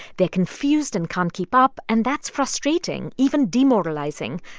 they're confused and can't keep up. and that's frustrating, even demoralizing.